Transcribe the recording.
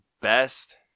best